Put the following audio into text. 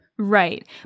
Right